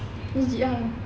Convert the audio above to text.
legit ah